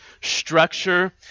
structure